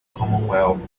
commonwealth